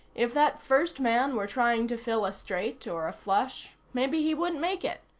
if that first man were trying to fill a straight or a flush, maybe he wouldn't make it.